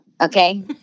okay